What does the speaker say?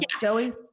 Joey